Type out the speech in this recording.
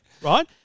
Right